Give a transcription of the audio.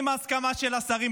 עם הסכמה של השרים,